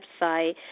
website